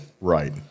right